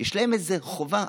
יש להם איזו חובה?